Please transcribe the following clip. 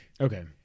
Okay